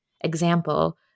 example